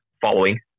following